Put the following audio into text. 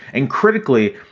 and critically,